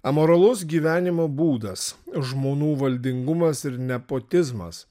amoralus gyvenimo būdas žmonų valdingumas ir nepotizmas